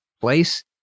place